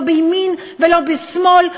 לא בימין ולא בשמאל,